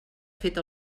fet